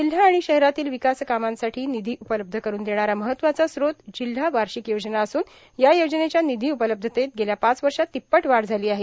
जिल्हा आणि शहरातील विकास कामांसाठी निधी उपलब्ध करून देणारा महत्वाचा स्त्रोत जिल्हा वार्षिक योजना असून या योजनेच्या निधी उपलब्धतेत गेल्या पाच वर्षात तिप्पट वाढ झाली आहे